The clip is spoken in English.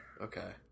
Okay